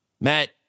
Matt